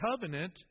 covenant